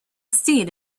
steed